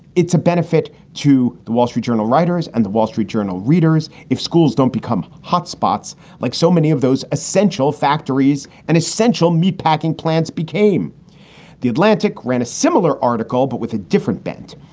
it's a benefit to the wall street journal writers and the wall street journal readers. if schools don't become hot spots like so many of those essential factories and essential meatpacking plants became the atlantic ran a similar article, but with a different bent.